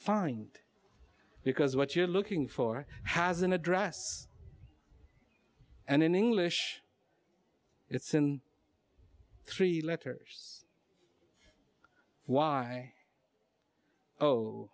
find because what you're looking for has an address and in english it's in three letters y o